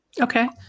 Okay